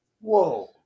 whoa